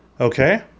okay